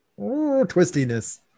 twistiness